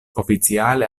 oficiale